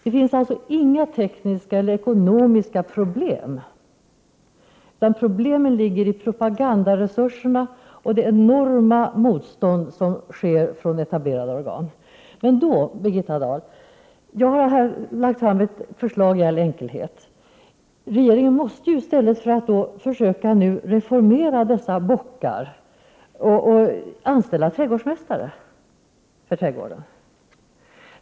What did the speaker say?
Det finns alltså inte några tekniska eller ekonomiska problem, utan problemen ligger i propagandaresurserna och det enorma motstånd som bjuds från etablerade organ. Jag har, Birgitta Dahl, lagt fram ett förslag i all enkelhet. Regeringen måste, i stället för att så att säga försöka reformera dessa bockar, anställa trädgårdsmästare för trädgården.